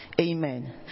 Amen